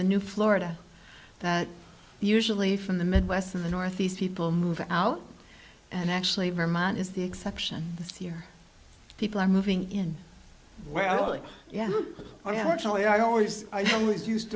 the new florida that usually from the midwest in the northeast people move out and actually vermont is the exception this year people are moving in well yes i have actually i always i always used